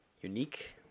unique